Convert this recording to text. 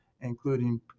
including